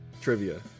trivia